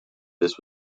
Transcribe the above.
this